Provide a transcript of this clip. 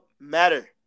matter